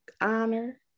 honor